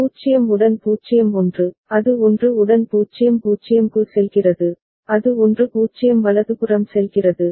0 உடன் 0 1 அது 1 உடன் 0 0 க்கு செல்கிறது அது 1 0 வலதுபுறம் செல்கிறது